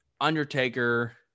Undertaker